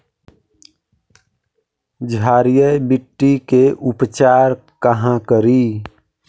क्षारीय मिट्टी के उपचार कहा करी?